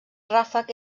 ràfec